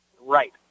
Right